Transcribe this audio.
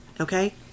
okay